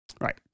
Right